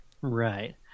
Right